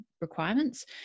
requirements